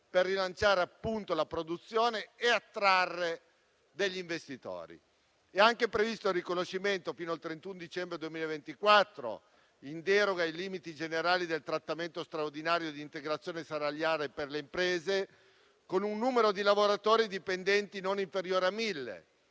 per rilanciare la produzione e attrarre investitori. È anche previsto il riconoscimento fino al 31 dicembre 2024, in deroga ai limiti generali, del trattamento straordinario di integrazione salariare per le imprese con un numero di lavoratori dipendenti non inferiore a 1.000.